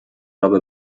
رابه